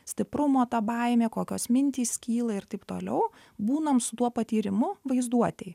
stiprumo ta baimė kokios mintys kyla ir taip toliau būnam su tuo patyrimu vaizduotėj